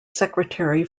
secretary